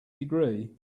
degree